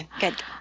good